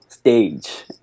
stage